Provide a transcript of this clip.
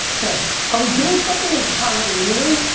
nice. are we doing something in honolulu?